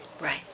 Right